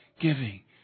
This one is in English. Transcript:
giving